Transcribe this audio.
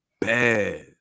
bad